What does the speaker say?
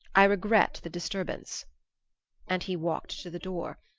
i regret the disturbance and he walked to the door.